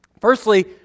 firstly